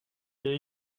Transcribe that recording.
est